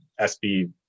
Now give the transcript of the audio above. SB